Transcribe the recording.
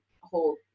whole